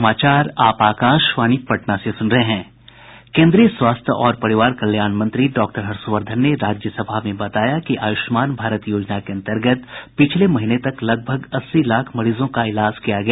केन्द्रीय स्वास्थ्य और परिवार कल्याण मंत्री डॉक्टर हर्षवर्धन ने राज्यसभा में बताया कि आयूष्मान भारत योजना के अन्तर्गत पिछले महीने तक लगभग अस्सी लाख मरीजों का इलाज किया गया